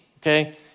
okay